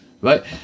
right